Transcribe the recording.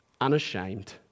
unashamed